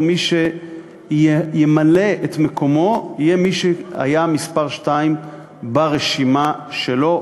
ומי שימלא את מקומו יהיה מי שהיה מספר שתיים ברשימה שלו.